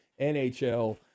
NHL